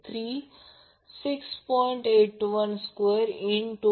81212